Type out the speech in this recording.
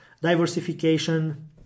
diversification